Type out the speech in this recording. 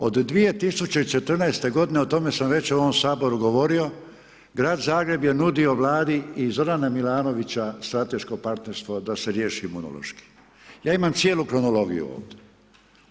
Od 2014. g. o tome sam već u ovom saboru govorio, Grad Zagreb je nudio vladi i Zorana Milanovića strateško partnerstvo da se riješi Imunološki, ja imam cijelu kronologiju ovdje.